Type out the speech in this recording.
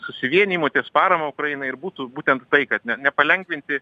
susivienijimu ties parama ukrainai ir būtų būtent tai kad ne nepalengvinti